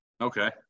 Okay